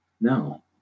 No